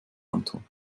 anton